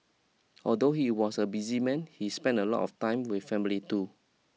although he was a busy man he spent a lot of time with family too